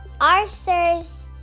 Arthur's